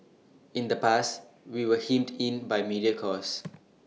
in the past we were hemmed in by media cost